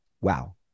wow